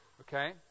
Okay